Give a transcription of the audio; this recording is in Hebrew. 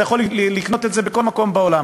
אתה יכול לקנות את זה בכל מקום בעולם,